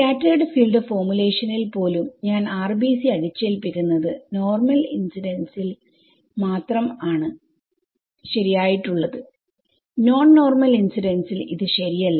scattered field ഫോർമുലേഷനിൽ പോലും ഞാൻ RBC അടിച്ചേൽപ്പിക്കുന്നത് നോർമൽ ഇൻസിഡൻസിൽ മാത്രം ആണ് ശരിയായിട്ടുള്ളത്നോൺ നോർമൽ ഇൻസിഡൻസിൽ ഇത് ശരിയല്ല